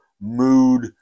mood